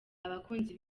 abakunzi